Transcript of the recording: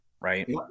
right